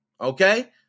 okay